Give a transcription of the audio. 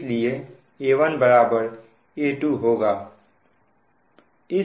इसलिए A1 A2 होगा